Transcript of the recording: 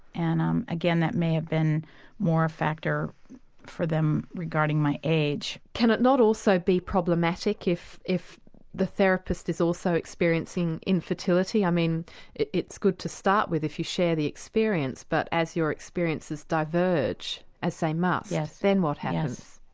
and um again that may have been more a factor for them regarding my age. can it not also be problematic if if the therapist is also experiencing infertility? i mean it's good to start with if you share the experience but as your experiences diverge, as they must, yeah then what happens?